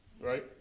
right